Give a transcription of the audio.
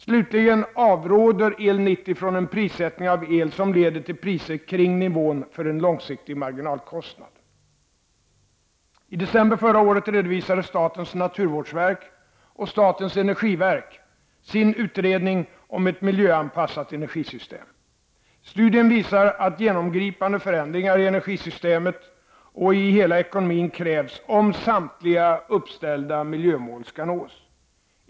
Slutligen avråder EL 90 från en prissättning av el som leder till priser kring nivån för en långsiktig marginalkostnad. I december förra året redovisade statens naturvårdsverk och statens energiverk sin utredning om ett miljöanpassat energisystem. Studien visar att genomgripande förändringar i energisystemet och i hela ekonomin krävs om samtliga uppställda miljömål skall nås.